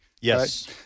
Yes